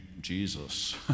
Jesus